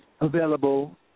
available